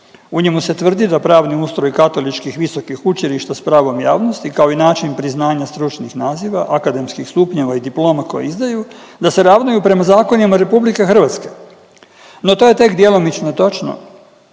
U njemu se tvrdi da prani ustroj katoličkih visokih učilišta s pravom javnosti, kao i način priznanja stručnih naziva, akademskih stupnjeva i diploma koje izdaju, da se ravnaju prema zakonima RH. No to je tek djelomično točno.